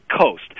Coast